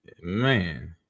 man